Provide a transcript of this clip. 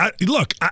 Look